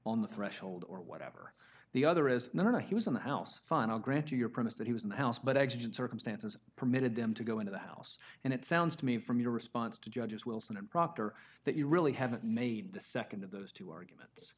on the threshold or whatever the other is no no he was in the house fine i'll grant you your premise that he was in the house but exited circumstances permitted them to go into the house and it sounds to me from your response to judges wilson and proctor that you really haven't made the nd of those two arguments